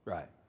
Right